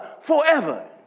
forever